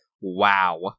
Wow